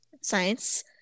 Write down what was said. Science